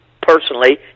personally